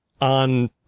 on